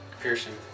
Piercing